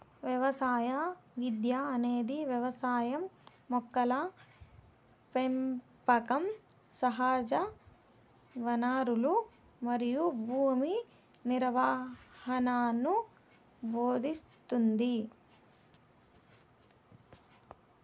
వ్యవసాయ విద్య అనేది వ్యవసాయం మొక్కల పెంపకం సహజవనరులు మరియు భూమి నిర్వహణను భోదింస్తుంది